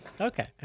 Okay